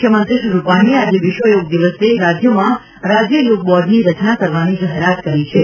મુખ્યમંત્રી શ્રી રૂપાણીએ આજે વિશ્વયોગ દિવસે રાજ્યમાં રાજ્યયોગ બોર્ડની રચના કરવાની જાહેરાત કરી છે